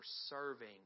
serving